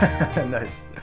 Nice